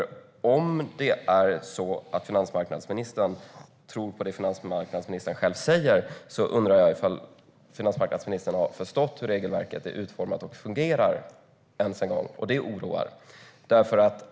Om finansmarknadsministern tror på det han själv säger undrar jag om han ens har förstått hur regelverket är utformat och fungerar, och det oroar.